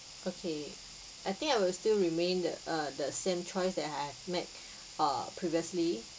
okay I think I will still remain the uh the same choice that I had made uh previously